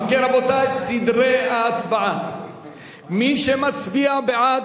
אם כן, רבותי, סדרי ההצבעה: מי שמצביע בעד,